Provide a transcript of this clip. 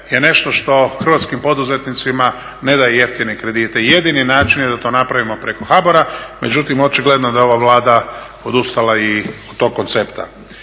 je nešto što hrvatskim poduzetnicima ne daje jeftine kredite. Jedini način je da to napravimo preko HABOR-a, međutim očigledno da ova Vlada odustala i od tog koncepta.